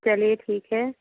चलिए ठीक है